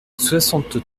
soixante